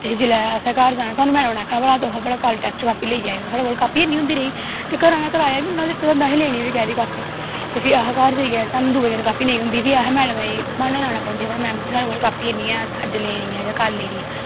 ते जिसलै असैं घर जाना साह्नू मैड़म नै आखना तुस भला कल टैस्ट कापी लेईयै आयो साढ़ै कोल कापी गै नी होंदी रेही ते घरे आह्लैं कराया बी दित्ते दा होंदा हा असैं लैनी बी केह्दी कापी ते फिर असैं घर जाईयै दुऐ दिन कापी नेंई होंदी फ्ही असैं मैड़में गी बहाने लाना पौंगदे हे मैड़म जी साढ़ै कोल कापी नी ऐ असैं अज्ज लैनी ऐ जां कल लैनी ऐ